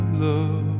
love